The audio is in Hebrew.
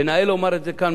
ונאה לומר את זה כאן,